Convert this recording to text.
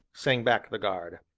sang back the guard.